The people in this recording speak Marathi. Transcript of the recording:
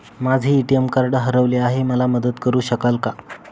माझे ए.टी.एम कार्ड हरवले आहे, मला मदत करु शकाल का?